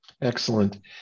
Excellent